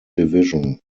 division